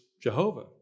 Jehovah